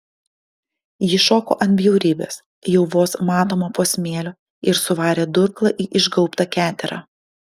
ji šoko ant bjaurybės jau vos matomo po smėliu ir suvarė durklą į išgaubtą keterą